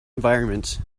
environment